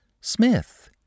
Smith